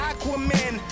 Aquaman